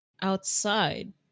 outside